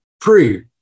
Pre